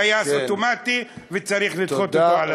טייס אוטומטי, וצריך לדחות אותו על הסף.